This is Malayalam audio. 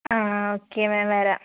ആ ഓക്കേ മാം വരാം